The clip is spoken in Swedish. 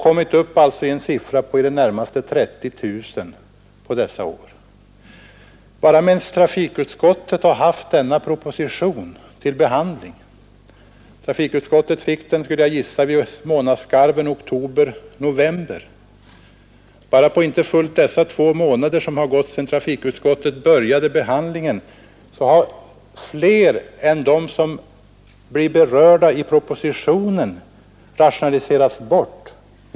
Det blir i det närmaste 30 000 på dessa år. Bara under den tid trafikutskottet har haft denna proposition till behandling — jag tror man fick den för knappa två månader sedan eller i månadsskiftet oktober november — har inom andra grupper av anställda vid SJ fler än de som berörs i propositionen rationaliserats bort.